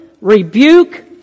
rebuke